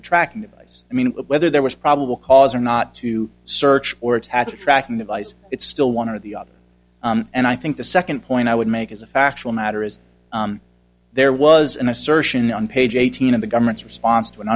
device i mean whether there was probable cause or not to search or attach a tracking device it's still one or the other and i think the second point i would make is a factual matter is there was an assertion on page eighteen of the government's response to an